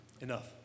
Enough